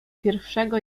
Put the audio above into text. pierwszego